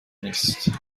نیست